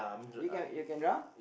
you can you can drum